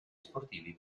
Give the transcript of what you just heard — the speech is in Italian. sportivi